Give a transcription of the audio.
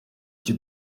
icyo